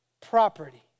property